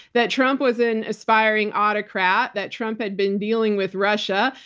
that trump was an aspiring autocrat, that trump had been dealing with russia,